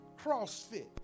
CrossFit